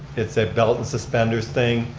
it's a belt and suspenders thing